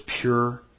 pure